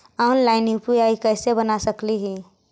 Online UPI कैसे बना सकली ही?